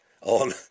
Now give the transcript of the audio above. on